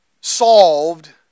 solved